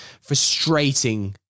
frustrating